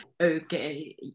Okay